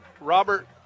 robert